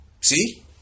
See